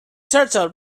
turtle